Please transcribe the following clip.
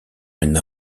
une